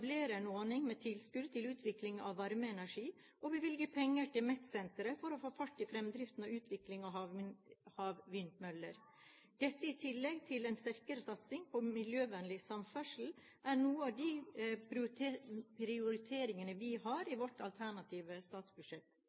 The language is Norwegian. en ordning med tilskudd til utvikling av varmeenergi, og vi vil gi penger til MET-senteret for å få fart i fremdriften av utvikling av havvindmøller. Dette i tillegg til en sterkere satsing på miljøvennlig samferdsel er noen av de prioriteringene vi har i vårt alternative statsbudsjett.